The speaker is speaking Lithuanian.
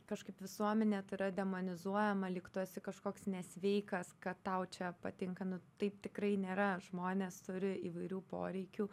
kažkaip visuomenėj tai yra demonizuojama lyg tu esi kažkoks nesveikas kad tau čia patinka nu taip tikrai nėra žmonės turi įvairių poreikių